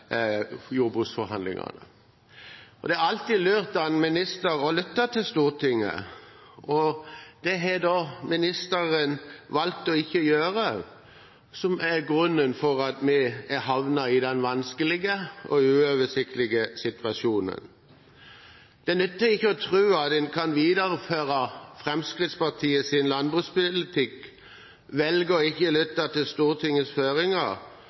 jordbruksforhandlingene. Det er alltid lurt av en minister å lytte til Stortinget. Det har ministeren valgt ikke å gjøre, og det er grunnen til at vi er havnet i denne vanskelige og uoversiktlige situasjonen. Det nytter ikke å tro at en kan videreføre Fremskrittspartiets landbrukspolitikk og velge ikke å lytte til Stortingets føringer,